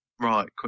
Right